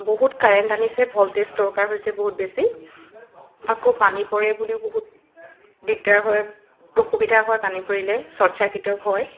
বহুত কাৰেণ্ট টানিছে ভল্টেজ দৰকাৰ হৈছে বহুত বেছি আকৌ পানী পৰে বুলিও বহুত দিগদাৰ হয় অসুবিধা হয় পানী পৰিলে শ্বৰ্ট চাৰ্কিটৰ ভয়